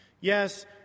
Yes